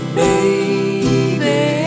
baby